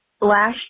last